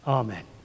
amen